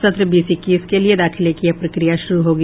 सत्र बीस इक्कीस के लिये दोखिले की यह प्रक्रिया शुरू होगी